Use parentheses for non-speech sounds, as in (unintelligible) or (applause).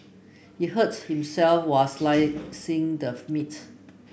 he hurt himself while slicing the (unintelligible) meat